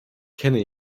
kennen